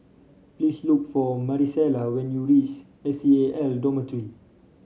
please look for Marisela when you reach S C A L Dormitory